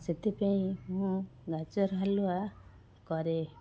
ସେଥିପାଇଁ ମୁଁ ଗାଜର ହାଲୁଆ କରେ